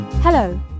Hello